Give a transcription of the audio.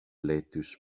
lettuce